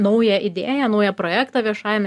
naują idėją naują projektą viešajame